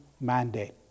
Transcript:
mandate